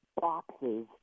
boxes